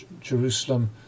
jerusalem